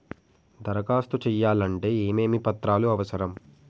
దరఖాస్తు చేయాలంటే ఏమేమి పత్రాలు అవసరం?